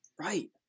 Right